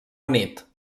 unit